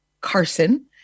Carson